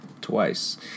twice